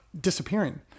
disappearing